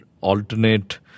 alternate